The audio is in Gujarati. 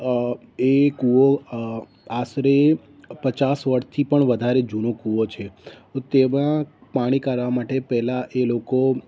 અ એ કૂવો અ આશરે પચાસ વર્ષથી પણ વધારે જૂનો કૂવો છે તો તેમાં પાણી કાઢવા માટે પહેલાં એ લોકો